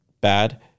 bad